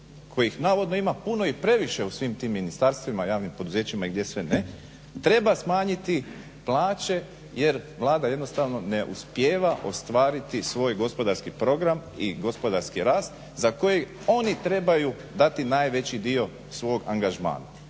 kojih navodno ima i puno i previše u svim tim ministarstvima, javnim poduzećima i gdje sve ne treba smanjiti plaće jer Vlada jednostavno ne uspijeva ostvariti svoj gospodarski program i gospodarski rast za koji oni trebaju dati najveći dio svog angažmana.